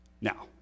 Now